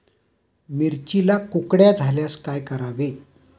मिरचीला कुकड्या झाल्यास काय करावे?